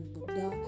Buddha